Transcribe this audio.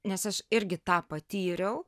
nes aš irgi tą patyriau